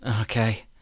okay